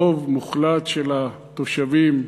רוב מוחלט של התושבים,